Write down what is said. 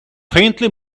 faintly